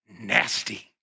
nasty